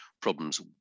problems